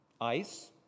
ice